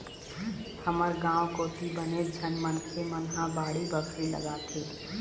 हमर गाँव कोती बनेच झन मनखे मन ह बाड़ी बखरी लगाथे